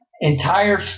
entire